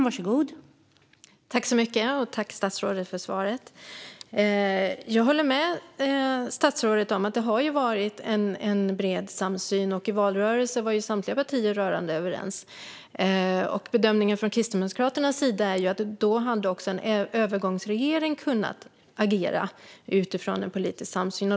Fru talman! Tack, statsrådet, för svaret! Jag håller med statsrådet om att det har varit en bred samsyn. I valrörelsen var ju samtliga partier rörande överens. Bedömningen från Kristdemokraternas sida är att övergångsregeringen hade kunnat agera utifrån den politiska samsynen.